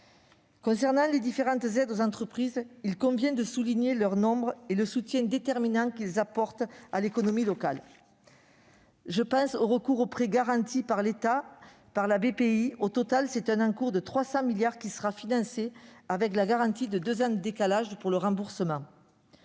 Concernant les différentes aides aux entreprises, il convient de souligner leur nombre et le soutien déterminant qu'elles apportent à l'économie locale. Je pense notamment aux prêts garantis par l'État, gérés par Bpifrance. Au total, un encours de 300 milliards d'euros sera financé, avec une garantie de deux ans de décalage pour le remboursement.